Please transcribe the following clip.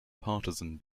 partisan